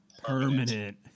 permanent